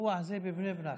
האירוע הזה בבני ברק?